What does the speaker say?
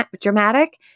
dramatic